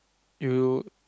you